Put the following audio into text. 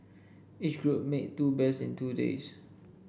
each group made two bears in two days